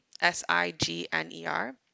S-I-G-N-E-R